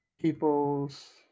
people's